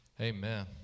Amen